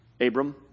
abram